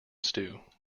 stew